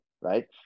right